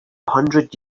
hundred